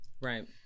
Right